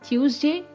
Tuesday